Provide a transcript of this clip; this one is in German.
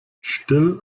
still